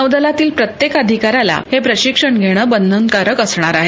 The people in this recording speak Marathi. नौदलातील प्रत्येक अधिकाऱ्याला हे प्रशिक्षन घेणं बंधनकारक असणार आहे